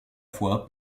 foi